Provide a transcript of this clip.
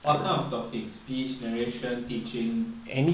what kind of talking speech narration teaching